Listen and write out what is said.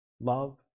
Love